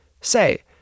Say